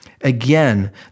Again